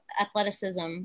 athleticism